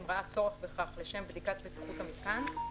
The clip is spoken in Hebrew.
אם ראה צורך בכך לשם בדיקת בטיחות המיתקן,